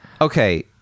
Okay